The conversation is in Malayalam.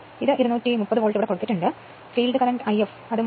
ഇത് 230 വോൾട്ട് ആണ് ഇത് ഫീൽഡ് കറന്റ് ആണെങ്കിൽ